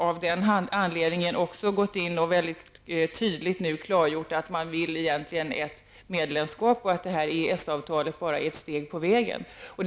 Av den anledningen har man också mycket tydligt klargjort att man egentligen vill ha ett medlemskap och att EES avtalet bara är ett steg på vägen dit.